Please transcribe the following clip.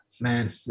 man